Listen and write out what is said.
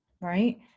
right